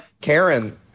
Karen